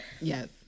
yes